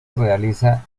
realiza